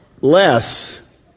Less